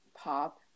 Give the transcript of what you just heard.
pop